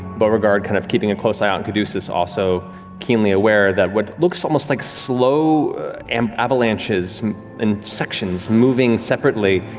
beauregard kind of keeping a close eye out and caduceus also keenly aware that what looks almost like slow um avalanches and sections moving separately,